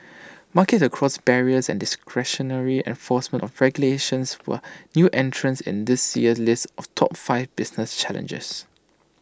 market across barriers and discretionary enforcement of regulations were new entrants in this year's list of top five business challenges